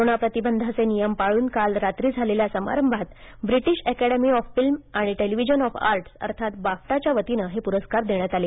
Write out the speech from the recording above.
corona प्रतिबंधाचे नियम पाळून काल रात्री झालेल्या समारंभांत ब्रिटीश अकेडेनी ऑफ फिल्म आणि टेलिव्हिजन ऑफ आर्टस अर्थात बाफ्टाच्या वतीनं हे पुरस्कार देण्यात आले